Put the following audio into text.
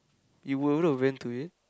you would have went to it